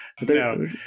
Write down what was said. No